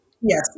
Yes